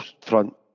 front